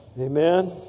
Amen